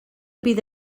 bydd